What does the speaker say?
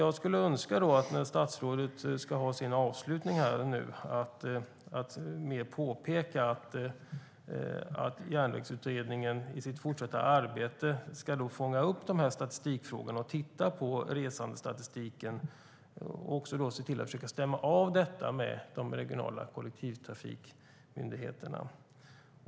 Jag skulle önska att statsrådet nu i sitt avslutande inlägg mer påpekar att järnvägsutredningen i sitt fortsatta arbete ska fånga upp statistikfrågorna, titta på resandestatistiken och försöka se till att stämma av detta med de regionala kollektivtrafikmyndigheterna.